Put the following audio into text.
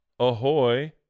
Ahoy